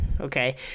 Okay